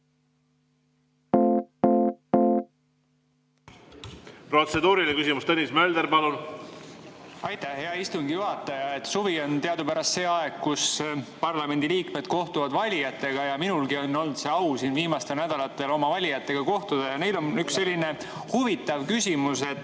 Protseduuriline küsimus. Tõnis Mölder. Palun! Aitäh, hea istungi juhataja! Suvi on teadupärast see aeg, kus parlamendiliikmed kohtuvad valijatega. Minulgi on olnud au viimastel nädalatel oma valijatega kohtuda. Ja neil on üks selline huvitav küsimus.